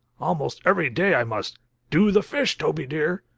almost every day i must do the fish, toby dear.